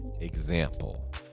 example